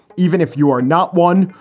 even if you are not one,